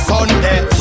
Sunday